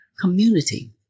community